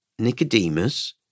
Nicodemus